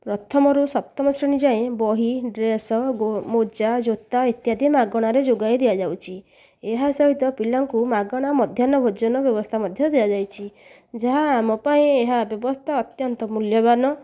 ପ୍ରଥମରୁ ସପ୍ତମ ଶ୍ରେଣୀ ଯାଏ ବହି ଡ୍ରେସ ମୋଜା ଜୋତା ଇତ୍ୟାଦି ମାଗଣାରେ ଯୋଗାଇ ଦିଆଯାଉଛି ଏହା ସହିତ ପିଲାଙ୍କୁ ମାଗଣା ମଧ୍ୟାହ୍ନ ଭୋଜନ ବ୍ୟବସ୍ଥା ମଧ୍ୟ ଦିଆଯାଇଛି ଯାହା ଆମ ପାଇଁ ଏହା ବ୍ୟବସ୍ଥା ଅତ୍ୟନ୍ତ ମୂଲ୍ୟବାନ